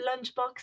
lunchbox